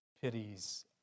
pities